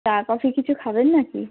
চা কফি কিছু খাবেন নাকি